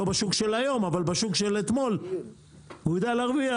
לא בשוק של היום אבל בשוק של אתמול והוא יודע להרוויח